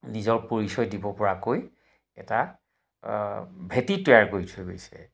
নিজৰ পৰিচয় দিব পৰাকৈ এটা ভেঁটি তৈয়াৰ কৰি থৈ গৈছে